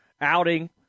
outing